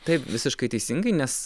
tai visiškai teisingai nes